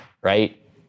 right